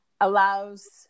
allows